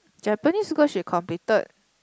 Japanese because she completed